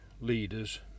leaders